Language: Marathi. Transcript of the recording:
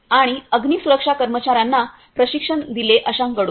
आणि अग्नि सुरक्षा कर्मचार्यांना प्रशिक्षण दिले अशा कडून